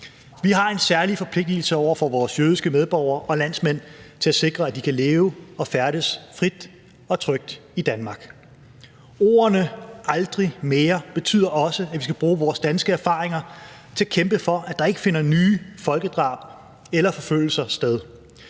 Vi har en særlig forpligtigelse over for vores jødiske medborgere og landsmænd til at sikre, at de kan leve og færdes frit og trygt i Danmark. Ordene aldrig mere betyder også, at vi skal bruge vores danske erfaringer til at kæmpe for, at der ikke finder nye folkedrab eller forfølgelser sted.